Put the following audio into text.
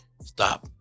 Stop